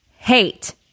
hate